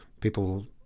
people